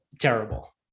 terrible